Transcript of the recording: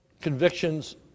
convictions